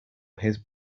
his